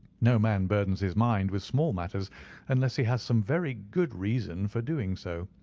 no man burdens his mind with small matters unless he has some very good reason for doing so.